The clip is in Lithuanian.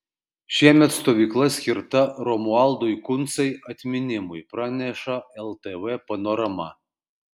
šiemet stovykla skirta romualdui kuncai atminimui praneša ltv panorama